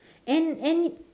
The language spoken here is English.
and and